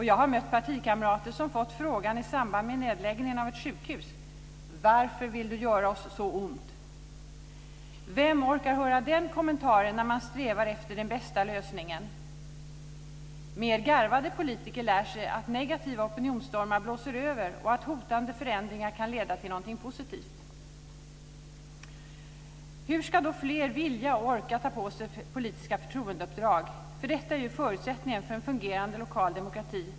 Jag har mött partikamrater som i samband med nedläggning av ett sjukhus har fått frågan "Varför vill du göra oss så ont?" Vem orkar höra den kommentaren när man strävar efter den bästa lösningen? Mer garvade politiker lär sig att negativa opinionsstormar blåser över och att hotande förändringar kan leda till någonting positivt. Hur ska då fler vilja och orka ta på sig politiska förtroendeuppdrag? Detta är ju förutsättningen för en fungerande lokal demokrati.